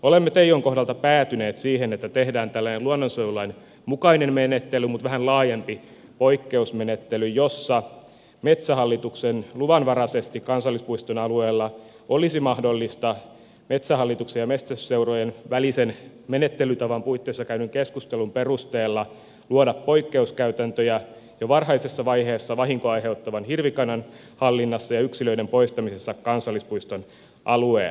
olemme teijon kohdalla päätyneet siihen että tehdään tällainen luonnonsuojelulain mukainen menettely mutta vähän laajempi poikkeusmenettely jossa metsähallituksen luvalla kansallispuiston alueella olisi mahdollista metsähallituksen ja metsästysseurojen välisen menettelytavan puitteissa käydyn keskustelun perusteella luoda poikkeuskäytäntöjä jo varhaisessa vaiheessa vahinkoa aiheuttavan hirvikannan hallinnassa ja yksilöiden poistamisessa kansallispuiston alueella